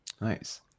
Nice